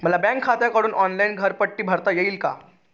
मला बँक खात्यातून ऑनलाइन घरपट्टी भरता येईल का?